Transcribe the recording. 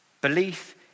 belief